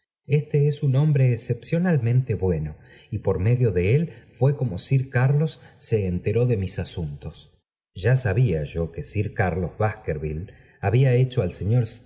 este es un hombre oxcopcionalmente bueno y por medio de él fué como sir carlos se enteró de mis asuntos ya sabía yo que sir carlos baskerville había hecho al señor